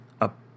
up